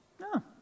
no